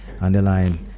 underline